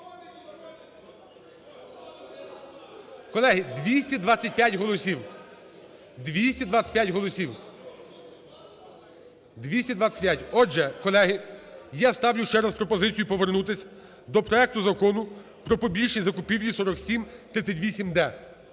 Колеги, 225 голосів! 225 голосів. 225. Отже, колеги, я ставлю ще раз пропозицію повернутися до проекту Закону "Про публічні закупівлі", 4738-д.